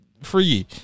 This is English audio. free